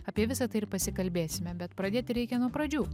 apie visa tai ir pasikalbėsime bet pradėti reikia nuo pradžių